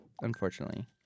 Unfortunately